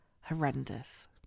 horrendous